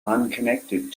unconnected